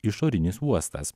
išorinis uostas